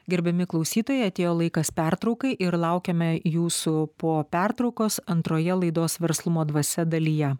gerbiami klausytojai atėjo laikas pertraukai ir laukiame jūsų po pertraukos antroje laidos verslumo dvasia dalyje